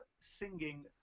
singing